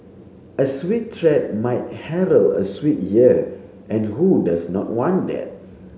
a sweet treat might herald a sweet year and who does not want that